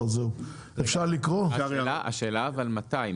אבל השאלה מתי,